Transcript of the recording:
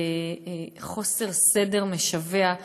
מדינה בחוסר סדר משווע,